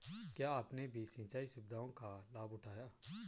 क्या आपने भी सिंचाई सुविधाओं का लाभ उठाया